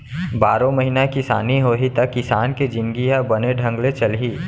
बारो महिना किसानी होही त किसान के जिनगी ह बने ढंग ले चलही